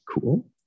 Cool